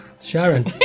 Sharon